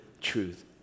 truth